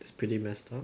it's pretty messed up